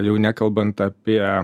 jau nekalbant apie